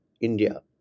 India